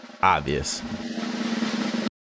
Obvious